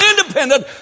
independent